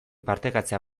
partekatzea